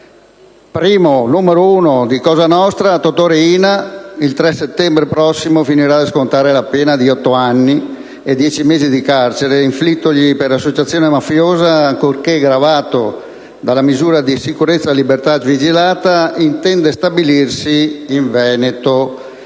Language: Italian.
numero uno di Cosa nostra, Totò Riina, il 2 ottobre prossimo finirà di scontare la pena di 8 anni e 10 mesi di carcere, inflittagli per associazione mafiosa, e, ancorché gravato dalla misura di sicurezza e libertà vigilata, intende stabilirsi in Veneto,